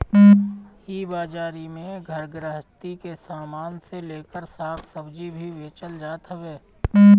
इ बाजारी में घर गृहस्ती के सामान से लेकर साग सब्जी भी बेचल जात हवे